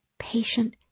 patient